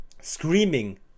Screaming